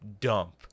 dump